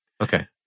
Okay